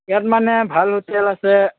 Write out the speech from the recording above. ইয়াত মানে ভাল হোটেল আছে